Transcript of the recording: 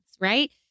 right